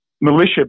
militia